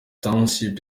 township